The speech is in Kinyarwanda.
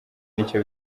n’icyo